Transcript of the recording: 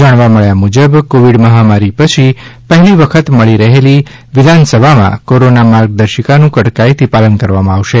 જાણવા મળ્યા મુજબ કોવિડ મહામારી પછી પહેલી વખત મળી રહેલી વિધાન સભામાં કોરોના માર્ગદર્શિકાનું કડકાઇથી પાલન કરવામાં આવશે